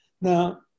Now